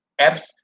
apps